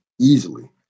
easily